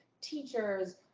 teachers